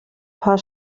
paar